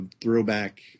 throwback